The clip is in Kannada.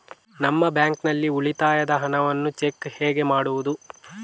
ನಮ್ಮ ಬ್ಯಾಂಕ್ ನಲ್ಲಿ ಉಳಿತಾಯದ ಹಣವನ್ನು ಚೆಕ್ ಹೇಗೆ ಮಾಡುವುದು?